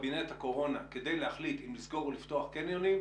קבינט הקורונה כדי להחליט אם לסגור או לפתוח קניונים,